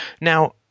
Now